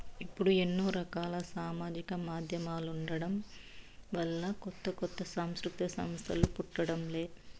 ఇప్పుడు ఎన్నో రకాల సామాజిక మాధ్యమాలుండటం వలన కొత్త కొత్త సాంస్కృతిక సంస్థలు పుట్టడం లే